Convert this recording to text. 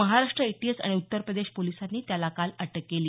Maharashtra ATS आणि उत्तर प्रदेश पोलिसांनी त्याला काल अटक केली